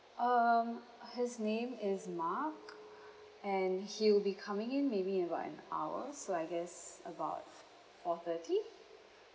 um his name is mark and he will be coming in maybe in about an hour so I guess about four thirty